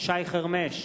שי חרמש,